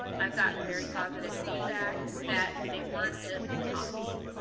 i've gotten very positive feedback that they weren't just talking,